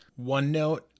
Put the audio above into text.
OneNote